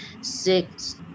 six